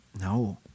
No